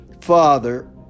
father